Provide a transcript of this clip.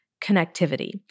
connectivity